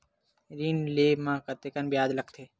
ऋण ले म कतेकन ब्याज लगथे?